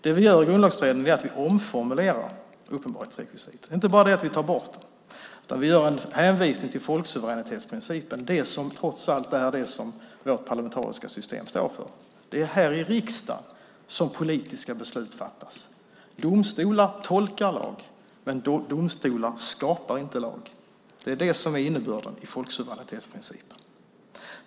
Det vi gör i Grundlagsutredningen är att vi omformulerar uppenbarhetsrekvisitet. Vi tar inte bara bort det, utan vi gör en hänvisning till folksuveränitetsprincipen - det är trots allt det som vårt parlamentariska system står för. Det är här i riksdagen som politiska beslut fattas. Domstolar tolkar lag, men domstolar skapar inte lag. Det är det som är innebörden i folksuveränitetsprincipen.